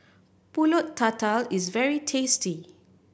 Pulut Tatal is very tasty